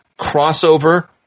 crossover